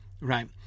right